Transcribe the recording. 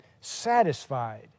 satisfied